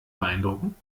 beeindrucken